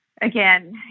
again